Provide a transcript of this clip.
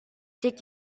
did